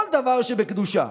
כל דבר שבקדושה,